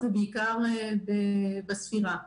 ובעיקר בספירה.